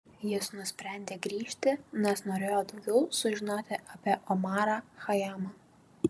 jis nusprendė grįžti nes norėjo daugiau sužinoti apie omarą chajamą